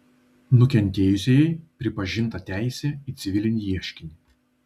nukentėjusiajai pripažinta teisė į civilinį ieškinį